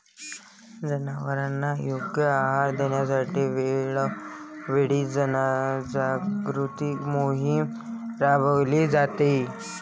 जनावरांना योग्य आहार देण्यासाठी वेळोवेळी जनजागृती मोहीम राबविली जाते